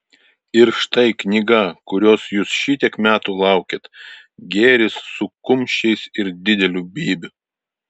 ir štai knyga kurios jūs šitiek metų laukėt gėris su kumščiais ir dideliu bybiu